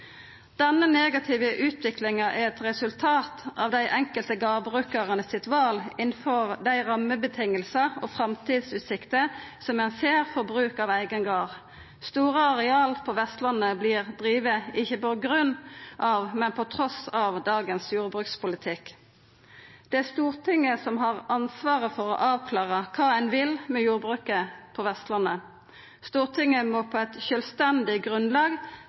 Denne negative utviklinga er eit resultat av valet til dei enkelte gardbrukarane innanfor dei rammevilkåra og framtidsutsiktene som ein ser for bruk av eigen gard. Store areal på Vestlandet vert drivne ikkje på grunn av, men trass i dagens jordbrukspolitikk. Det er Stortinget som har ansvaret for å avklara kva ein vil med jordbruket på Vestlandet. Stortinget må på eit sjølvstendig grunnlag